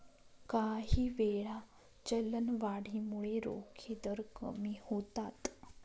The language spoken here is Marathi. काहीवेळा, चलनवाढीमुळे रोखे दर कमी होतात